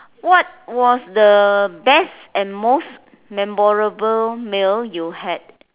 what was the best and most memorable meal you had